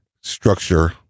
structure